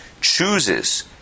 chooses